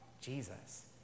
Jesus